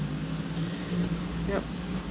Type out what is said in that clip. yup